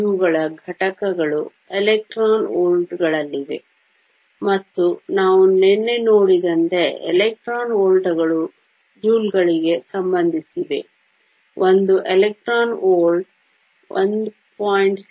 ಇವುಗಳ ಘಟಕಗಳು electron volt ಗಳಲ್ಲಿವೆ ಮತ್ತು ನಾವು ನಿನ್ನೆ ನೋಡಿದಂತೆ ಎಲೆಕ್ಟ್ರಾನ್ ವೋಲ್ಟ್ ಗಳು ಜೂಲ್ಗಳಿಗೆ ಸಂಬಂಧಿಸಿವೆ ಒಂದು ಎಲೆಕ್ಟ್ರಾನ್ ವೋಲ್ಟ್ 1